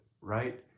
right